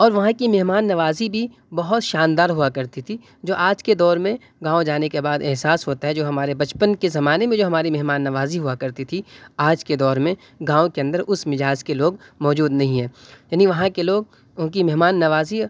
اور وہاں کی مہمان نوازی بھی بہت شاندار ہوا کرتی تھی جو آج كے دور میں گاؤں جانے كے بعد احساس ہوتا ہے جو ہمارے بچپن کے زمانے میں جو ہمارے مہمان نوازی ہوا کرتی تھی آج كے دور میں گاؤں كے اندر اس مزاج كے لوگ موجود نہیں ہیں یعنی وہاں کے لوگ ان کی مہمان نوازی